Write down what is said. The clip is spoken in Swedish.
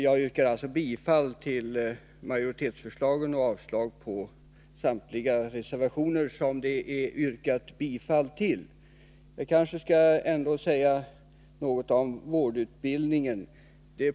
Jag yrkar bifall till majoritetsförslagen och avslag på samtliga reservationer som det har yrkats bifall till. Jag kanske ändå skall säga några ord om vårdutbildningen.